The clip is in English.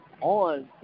on